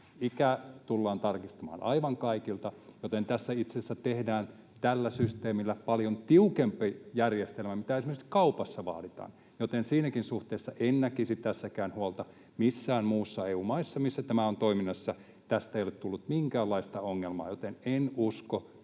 ikä tullaan tarkistamaan aivan kaikilta, joten tässä itse asiassa tehdään tällä systeemillä paljon tiukempi järjestelmä kuin mitä esimerkiksi kaupassa vaaditaan. Joten siinäkään suhteessa en näkisi tässäkään huolta. Missään muussa EU-maassa, missä tämä on toiminnassa, tästä ei ole tullut minkäänlaista ongelmaa, joten en usko,